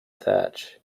thatch